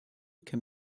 can